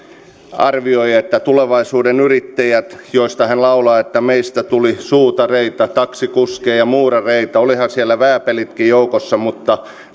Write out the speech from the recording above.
arvioi tulevaisuuden yrittäjiä joista hän laulaa että meistä tuli suutareita taksikuskeja muurareita olivathan siellä vääpelitkin joukossa